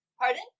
Pardon